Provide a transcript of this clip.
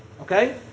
Okay